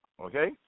Okay